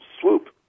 swoop